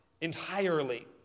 entirely